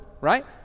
Right